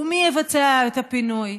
ומי יבצע את הפינוי,